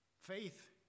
faith